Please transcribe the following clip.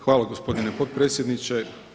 Hvala gospodine potpredsjedniče.